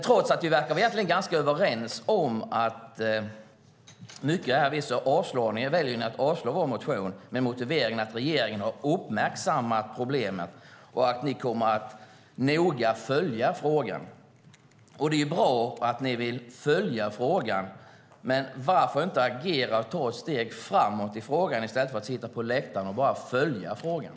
Trots att vi verkar ganska överens om mycket väljer ni dock att avslå vår motion med motiveringen att regeringen har uppmärksammat problemet och kommer att noga följa frågan. Det är bra att ni vill följa frågan, men varför inte agera och ta ett steg framåt i stället för att sitta på läktaren och bara följa frågan?